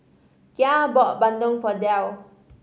Gia bought bandung for Dale